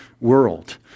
world